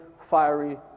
fiery